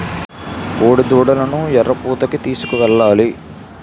కోడిదూడలను ఎరుపూతకి తీసుకెళ్లాలి